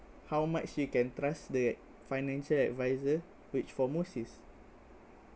how much you can trust the financial advisor which for most is